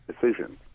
decisions